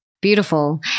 Beautiful